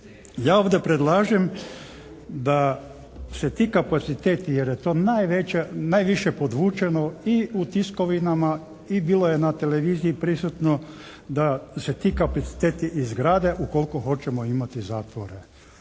ja ovdje predlažem da se ti kapaciteti jer je to najviše podvučeno i u tiskovinama i bilo je na televiziji prisutno, da se ti kapaciteti izgrade ukoliko hoćemo imati zatvore